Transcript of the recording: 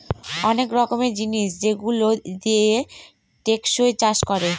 অনেক রকমের জিনিস যেগুলো দিয়ে টেকসই চাষ করে